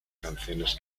canciones